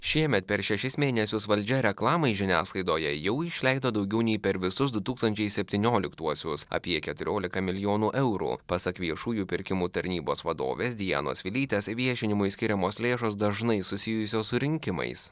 šiemet per šešis mėnesius valdžia reklamai žiniasklaidoje jau išleido daugiau nei per visus du tūkstančiai septynioliktuosius apie keturiolika milijonų eurų pasak viešųjų pirkimų tarnybos vadovės dianos vilytės viešinimui skiriamos lėšos dažnai susijusios su rinkimais